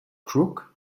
crook